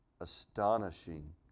astonishing